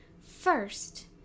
first